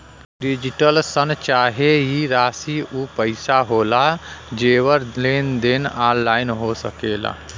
digital शन चाहे ई राशी ऊ पइसा होला जेकर लेन देन ऑनलाइन हो सकेला